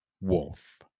Wolf